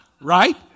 right